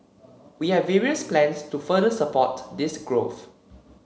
we have various plans to further support this growth